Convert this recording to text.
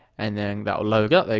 and then that will load up, there